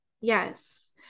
Yes